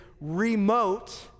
remote